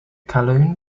calhoun